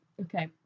Okay